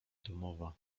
domowa